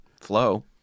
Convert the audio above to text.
flow